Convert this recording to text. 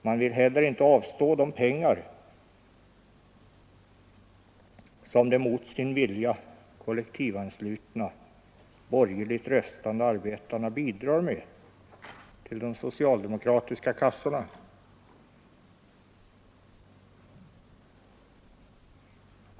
Man vill heller inte avstå de pengar som de mot sin vilja kollektivt anslutna borgerligt röstande arbetarna bidrar med till de socialdemokratiska kassorna.